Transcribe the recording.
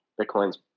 Bitcoin's